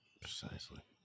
precisely